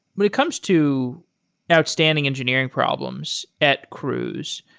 when it comes to outstanding engineering problems at cruise,